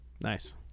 Nice